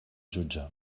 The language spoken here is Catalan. jutge